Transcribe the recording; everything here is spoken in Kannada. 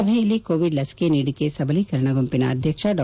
ಸಭೆಯಲ್ಲಿ ಕೋವಿಡ್ ಲಸಿಕೆ ನೀಡಿಕೆ ಸಬಲೀಕರಣ ಗುಂಪಿನ ಅಧ್ಯಕ್ಷ ಡಾ